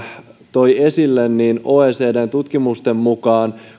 toi esille niin kuitenkin oecdn tutkimusten mukaan